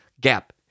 gap